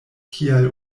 kial